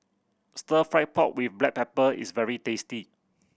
Stir Fry pork with black pepper is very tasty